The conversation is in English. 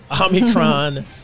Omicron